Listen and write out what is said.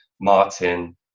Martin